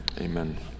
Amen